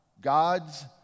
God's